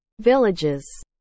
villages